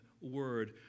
word